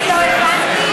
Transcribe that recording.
כי אני לא הבנתי,